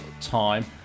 time